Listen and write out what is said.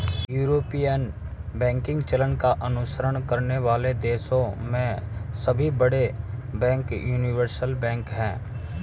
European banking चलन का अनुसरण करने वाले देशों में सभी बड़े बैंक यूनिवर्सल बैंक हैं